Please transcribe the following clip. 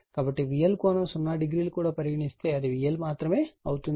కాబట్టి VL ∠ 00 కూడా పరిగణిస్తే అది VL మాత్రమే అవుతుంది